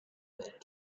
bit